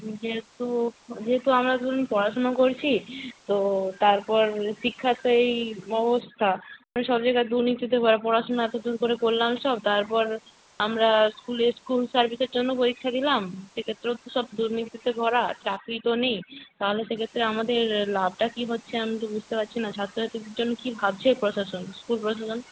যেহেতু যেহেতু আমরা ধরুন পড়াশোনা করেছি তো তারপর শিক্ষার তো এই অবস্থা সব জায়গায় দুর্নীতি তো হয় পড়াশোনা এতো দূর করে করলাম সব তারপর আমরা স্কুলের স্কুল সার্ভিসের জন্য পরীক্ষা দিলাম সেটা তো সব দুর্নীতিতে ভরা চাকরি তো নেই তাহলে সেক্ষেত্রে আমাদের লাভটা কি হচ্ছে আমি তো বুঝতে পারছি না ছাত্র ছাত্রীদের জন্য কি ভাবছে প্রশাসন স্কুল প্রশাসন